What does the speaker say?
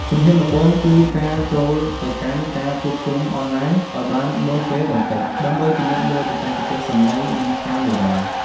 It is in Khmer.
ជំហានដំបូងគឺការចូលទៅកាន់ការជួបជុំអនឡាញឱ្យបានមុនពេលបន្តិច ដើម្បីពិនិត្យមើលបច្ចេកទេសសម្លេង និងកាមេរ៉ា។